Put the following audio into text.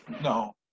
No